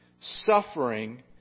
Suffering